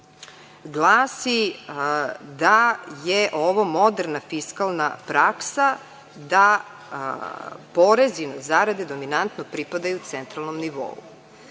glasi da je ovo moderna fiskalna praksa da porezi na zarade dominantno pripadaju centralnom nivou. Kada